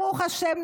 ברוך השם,